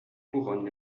couronne